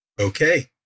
Okay